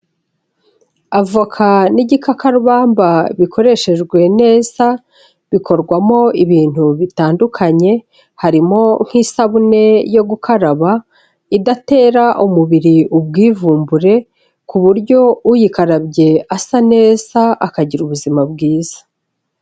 Avoka n'igikakarubamba bikoreshejwe neza, bikorwamo ibintu bitandukanye, harimo nk'isabune yo gukaraba idatera umubiri ubwivumbure, ku buryo uyikarabye asa neza akagira ubuzima bwiza.